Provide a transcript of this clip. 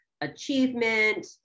achievement